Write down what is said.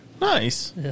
Nice